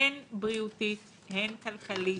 הן בריאותית, הן כלכלית,